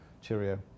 cheerio